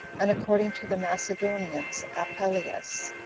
and according to the macedonians, apelleius.